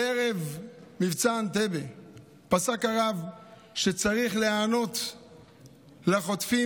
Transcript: בערב מבצע אנטבה פסק הרב שצריך להיענות לחוטפים